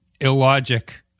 illogic